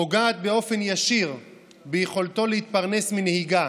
פוגעת באופן ישיר ביכולתו להתפרנס מנהיגה,